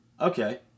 Okay